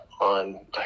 on